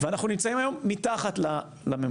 ואנחנו נמצאים היום מתחת לממוצע.